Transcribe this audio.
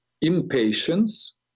impatience